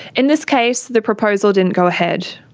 in this case the proposal didn't go ahead.